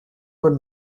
were